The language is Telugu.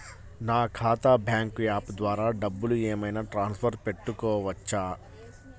నా ఖాతా బ్యాంకు యాప్ ద్వారా డబ్బులు ఏమైనా ట్రాన్స్ఫర్ పెట్టుకోవచ్చా?